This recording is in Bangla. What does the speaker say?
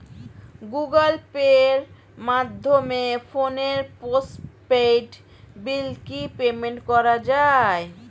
গুগোল পের মাধ্যমে ফোনের পোষ্টপেইড বিল কি পেমেন্ট করা যায়?